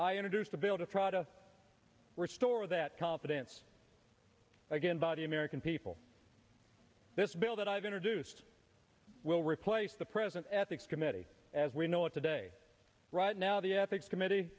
i introduced a bill to try to store that confidence again vote the american people this bill that i've introduced will replace the present ethics committee as we know it today right now the ethics committee